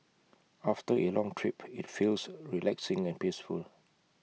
after A long trip IT feels relaxing and peaceful